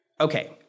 Okay